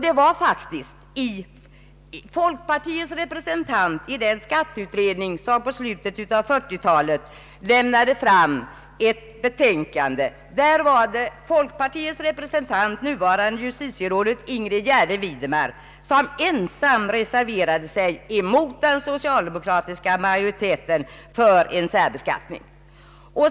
I den skatteutredning som lämnade fram ett betänkande i slutet av 1940-talet var det faktiskt folkpartiets representant, nuvarande justitierådet Ingrid Gärde Widemar, som ensam reserverade sig för särbeskattning mot den socialdemokratiska majoriteten.